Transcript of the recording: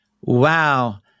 Wow